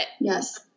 yes